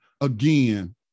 again